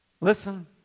Listen